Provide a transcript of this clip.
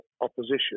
opposition